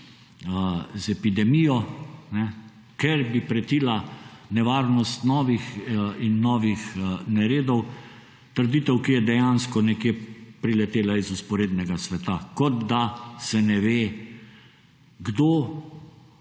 z epidemijo, ker bi pretila nevarnost novih in novih neredov. Trditev, ki je dejansko nekje priletela iz vzporednega sveta. Kot da se ne ve, kdo